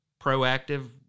proactive